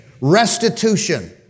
restitution